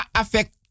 affect